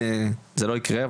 זה לא יקרה,